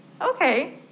Okay